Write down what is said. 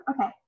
okay